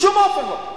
בשום אופן לא.